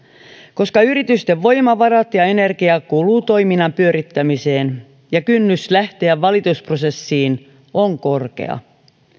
koska yritysten voimavarat ja energia kuluvat toiminnan pyörittämiseen ja kynnys lähteä valitusprosessiin on korkea